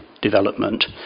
development